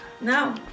No